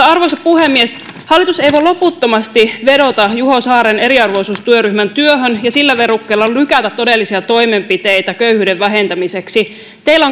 arvoisa puhemies hallitus ei voi loputtomasti vedota juho saaren eriarvoisuustyöryhmän työhön ja sillä verukkeella lykätä todellisia toimenpiteitä köyhyyden vähentämiseksi teillä